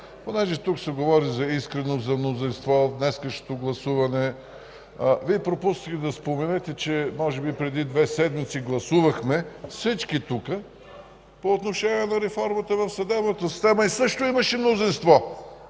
понеже тук се говори за искреност, за мнозинство в днешното гласуване, Вие пропуснахте да споменете, че може би преди две седмици гласувахме всички тук по отношение на реформата в съдебната система и също имаше мнозинство.